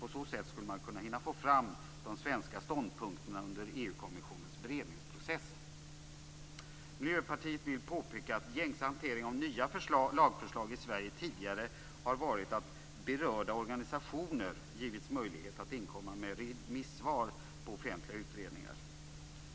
På så sätt skulle man hinna få fram de svenska ståndpunkterna under EU Miljöpartiet vill påpeka att gängse hantering av nya lagförslag i Sverige tidigare har varit att berörda organisationer givits möjlighet att inkomma med remissvar på offentliga utredningar.